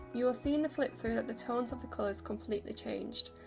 you will see in the flip through that the tones of the colours completely changed,